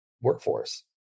workforce